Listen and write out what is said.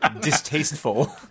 distasteful